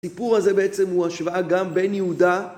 הדיבור הזה בעצם הוא השוואה גם בין יהודה